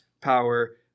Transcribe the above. power